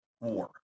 war